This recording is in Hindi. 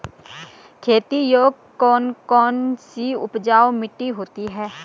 खेती योग्य कौन कौन सी उपजाऊ मिट्टी होती है?